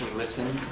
listened,